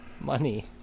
money